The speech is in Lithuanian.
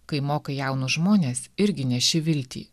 kai mokai jaunus žmones irgi neši viltį